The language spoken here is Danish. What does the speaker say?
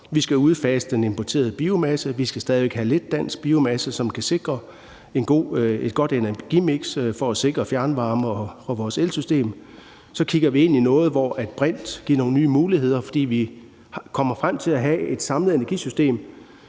Vi skal udfase den importerede biomasse, og vi skal stadig væk have lidt dansk biomasse, som kan sikre et godt energimiks for at sikre fjernvarme og vores elsystem. Så kigger vi ind i noget, hvor brint giver nogle nye muligheder, fordi vi kommer frem til at have et samlet energisystem,